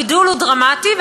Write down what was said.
הגידול הוא דרמטי,